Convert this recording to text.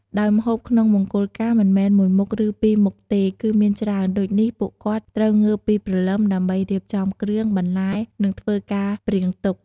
ដោយម្ហូបក្នុងមង្គលការមិនមែនមួយមុខឬពីរមុខទេគឹមានច្រើនដូចនេះពួកគាត់ត្រូវងើបពីព្រលឹម ដើម្បីរៀបចំគ្រឿង បន្លែ និងធ្វើការព្រៀងទុក។